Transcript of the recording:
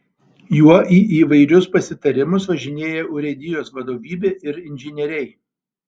juo į įvairius pasitarimus važinėja urėdijos vadovybė ir inžinieriai